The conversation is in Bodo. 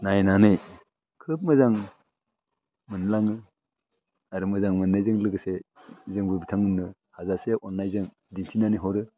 नायनानै खोब मोजां मोनलाङो आरो मोजां मोन्नायजों लोगोसे जोंबो बिथांमोननो हाजासे अन्नायजों दिन्थिनानै हरो